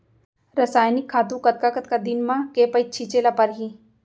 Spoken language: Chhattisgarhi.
रसायनिक खातू कतका कतका दिन म, के पइत छिंचे ल परहि?